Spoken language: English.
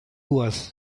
was